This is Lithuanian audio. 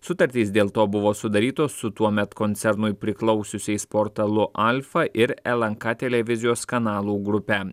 sutartys dėl to buvo sudarytos su tuomet koncernui priklausiusiais portalu alfa ir lnk televizijos kanalų grupe